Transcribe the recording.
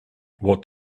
what